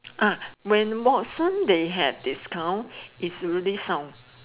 ah when Watson they have discount it's really sound